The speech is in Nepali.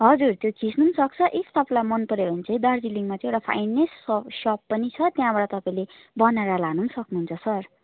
हजुर त्यो खिच्नु पनि सक्छ इफ तपाईँलाई मनपर्यो भने चाहिँ दार्जिलिङमा चाहिँ एउटा फाइनेस्ट स सप पनि छ त्यहाँबाट तपाईँले बनाएर लानु पनि सक्नुहुन्छ सर